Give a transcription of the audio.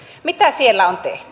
mitä siellä on tehty